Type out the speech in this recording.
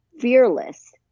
fearless